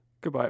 goodbye